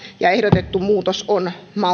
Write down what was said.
ja ehdotettu muutos on maltillinen valiokunta